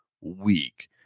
week